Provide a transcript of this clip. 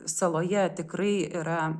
saloje tikrai yra